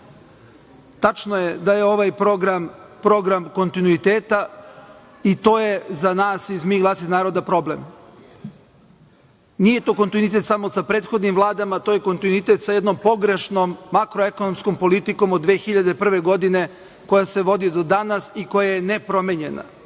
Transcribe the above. da je ovaj program, program kontinuiteta i to je za nas MI – GLAS IZ NARODA problem. Nije to kontinuitet samo sa prethodnim vladama, to je kontinuitet sa jednom pogrešnom makroekonomskom politikom od 2001. godine koja se vodi do danas i koja je nepromenjena. Uopšte